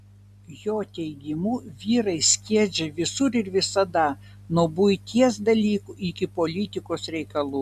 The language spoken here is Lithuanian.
jo teigimu vyrai skiedžia visur ir visada nuo buities dalykų iki politikos reikalų